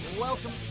Welcome